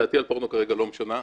דעתי על פורנו כרגע לא משנה.